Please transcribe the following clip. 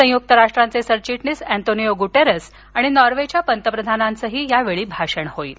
संयुक्त राष्ट्रांचे सरचिटणिस अन्तोनिओ गुटेरस आणि नॉर्वेच्या पंतप्रधानांचही यावेळी भाषण होईल